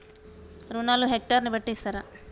రుణాలు హెక్టర్ ని బట్టి ఇస్తారా?